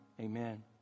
Amen